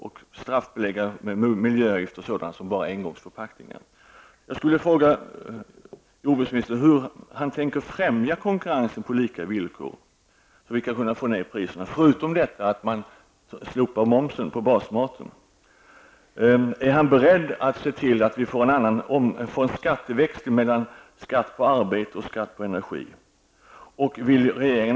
Dessutom bör miljöavgifter införas för framställning av engångsförpackningar. Vill regeringen se till att vi verkligen får en ordning med lika konkurrens mellan importerad och svenska matvaror?